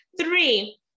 Three